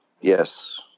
Yes